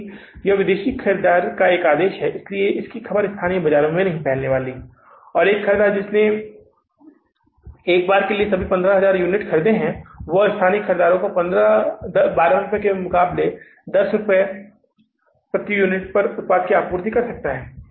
चूंकि यह विदेशी ख़रीदार का एक आदेश है इसलिए यह खबर स्थानीय बाजार में नहीं फैलने वाली है कि एक ख़रीदार जिसने सभी के लिए एक बार 15000 यूनिट खरीदे हैं वह स्थानीय खरीदारों को 12 रुपये के मुकाबले 10 रुपये प्रति यूनिट पर उत्पाद की आपूर्ति करता है